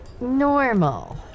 Normal